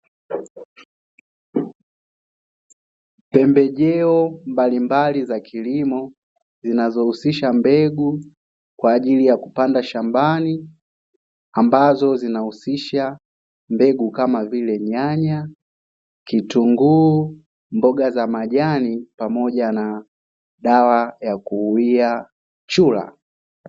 Pembejeo mbalimbali za kilimo zinazohusisha mbegu kwa ajili ya kupanda shambani, ambazo zinahusisha mbegu kama vile nyanya, kitunguu, mboga za majani pamoja na dawa ya kuulia chura.